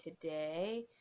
today